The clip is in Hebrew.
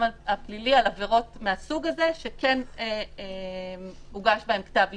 הפלילי על עבירות מהסוג הזה שכן הוגש בהן כתב אישום,